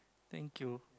thank you